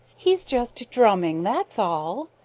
he's just drumming, that's all.